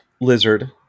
Lizard